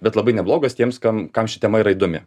bet labai neblogas tiems kam kam ši tema yra įdomi